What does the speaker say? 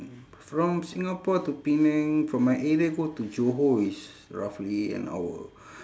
from singapore to penang from my area go to johor is roughly an hour